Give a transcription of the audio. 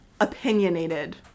opinionated